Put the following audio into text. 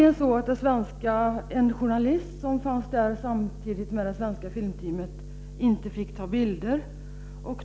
En journalist som fanns där samtidigt med det svenska filmteamet fick nämligen inte ta bilder.